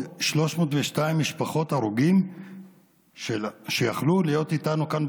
302 משפחות הרוגים שיכלו להיות איתנו כאן,